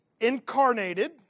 incarnated